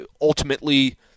ultimately